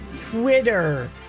Twitter